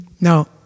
Now